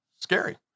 scary